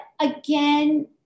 again